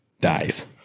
dies